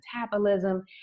metabolism